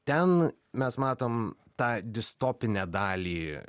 ten mes matom tą distopinę dalį